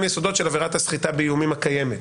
יסודות של עבירת הסחיטה באיומים הקיימת.